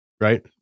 right